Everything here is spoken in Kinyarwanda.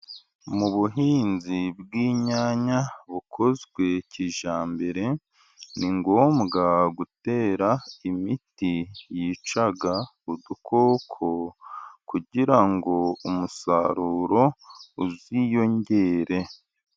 Mu buhinzi bw'inyanya bukozwe kijyambere, ni ngombwa gutera imiti yica udukoko, kugira ngo umusaruro uziyongere.